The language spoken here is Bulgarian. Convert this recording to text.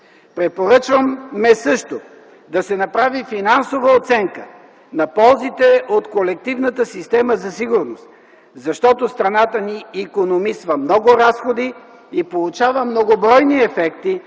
Препоръчваме също да се направи финансова оценка на ползите от колективната система за сигурност, защото страната ни икономисва много разходи и получава многобройни ефекти,